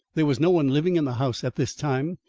there was no one living in the house at this time.